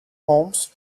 holmes